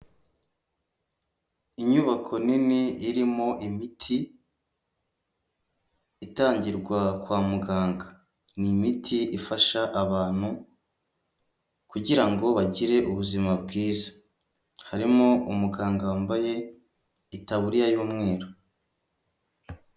Inyubako nini irimo imiti itangirwa kwa muganga, ni imiti ifasha abantu kugirango bagire ubuzima bwiza, harimo umuganga wambaye itaburiya y'umweru.